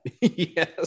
Yes